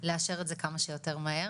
לאשר את זה כמה שיותר מהר